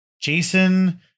Jason